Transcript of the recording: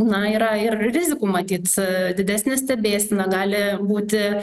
na yra ir rizikų matyt didesnė stebėsena gali būti